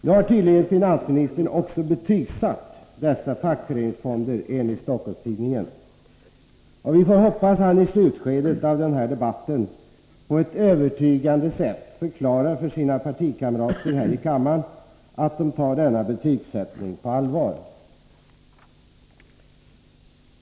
Nu har finansministern tydligen också betygsatt dessa fackföreningsfonder, enligt Stockholms-Tidningen. Vi får hoppas att han i slutskedet av denna debatt på ett övertygande sätt förklarar för sina partikamrater här i kammaren att de bör ta denna betygsättning på allvar.